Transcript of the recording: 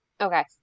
Okay